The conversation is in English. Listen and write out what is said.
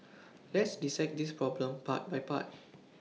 let's dissect this problem part by part